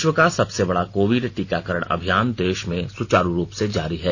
विश्व का सबसे बड़ा कोविड टीकाकरण अभियान देश में सुचारू रूप से जारी है